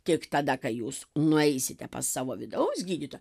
tik tada kai jūs nueisite pas savo vidaus gydytoją